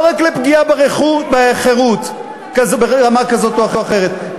ולא רק לפגיעה בחירות ברמה כזאת או אחרת,